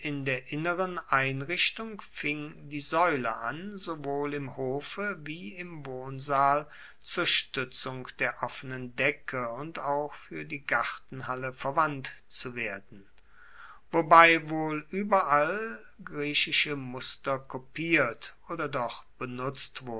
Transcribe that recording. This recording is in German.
der inneren einrichtung fing die saeule an sowohl im hofe wie im wohnsaal zur stuetzung der offenen decke und auch fuer die gartenhallen verwandt zu werden wobei wohl ueberall griechische muster kopiert oder doch benutzt